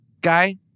guy